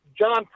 John